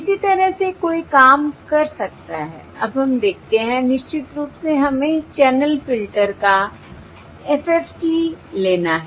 इसी तरह से कोई काम कर सकता है अब हम देखते हैं निश्चित रूप से हमें चैनल फिल्टर का FFT लेना है